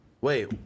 Wait